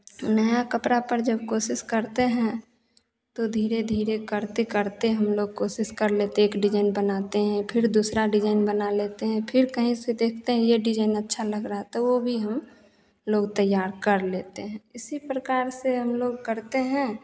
तो नया कपड़ा पर जब कोशिश करते हैं तो धीरे धीरे करते करते हम लोग कोशिश कर लेते एक डिजाइन बनाते हैं फिर दूसरा डिजाइन बना लेते हैं फिर कहीं से देखते हैं यह डिजाइन अच्छा लग रहा तो वह भी हम लोग तैयार कर लेते हैं इसी प्रकार से हम लोग करते हैं